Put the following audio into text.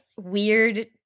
weird